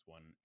One